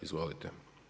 Izvolite.